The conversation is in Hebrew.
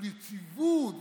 על יציבות,